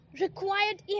required